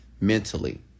mentally